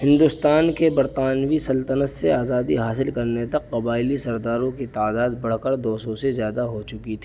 ہندوستان کے برطانوی سلطنت سے آزادی حاصل کرنے تک قبائلی سرداروں کی تعداد بڑھ کر دو سو سے زیادہ ہو چکی تھی